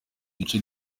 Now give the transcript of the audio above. duce